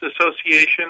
Association